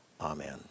Amen